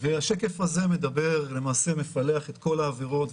השקף הזה מפלח את כל העבירות,